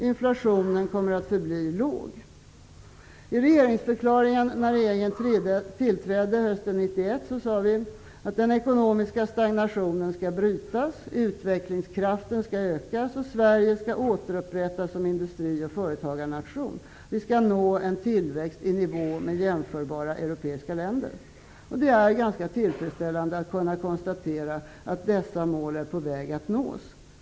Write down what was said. Inflationen kommer att förbli låg. I regeringsförklaringen hösten 1991, när regeringen tillträdde, sade vi: Den ekonomiska stagnationen skall brytas. Utvecklingskraften skall ökas, och Sverige skall återupprättas som industri och företagarnation. Vi skall nå en tillväxt i nivå med jämförbara europeiska länder. Det är ganska tillfredsställande att kunna konstatera att dessa mål är på väg att nås.